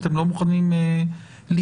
אתם לא מוכנים לפעול,